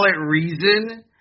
reason